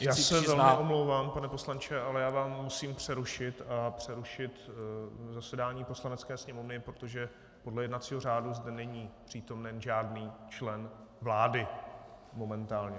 Já se velmi omlouvám, pane poslanče, ale musím vás přerušit a přerušit zasedání Poslanecké sněmovny, protože podle jednacího řádu zde není přítomen žádný člen vlády, momentálně.